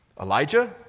Elijah